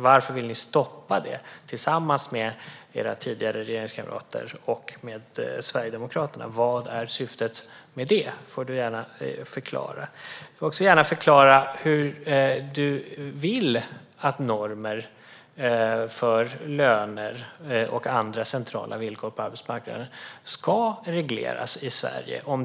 Varför vill ni stoppa det tillsammans med era tidigare regeringskamrater och med Sverigedemokraterna? Du får gärna förklara vad syftet är med det. Du får gärna också förklara hur du vill att normer för löner och andra centrala villkor på arbetsmarknaden ska regleras i Sverige om